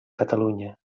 catalunya